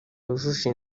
yujuje